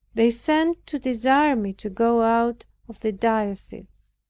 they sent to desire me to go out of the diocese.